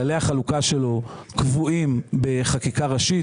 כללי החלוקה שלו קבועים בחקיקה ראשית,